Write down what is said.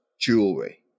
jewelry